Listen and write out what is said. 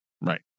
Right